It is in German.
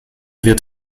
wird